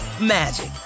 magic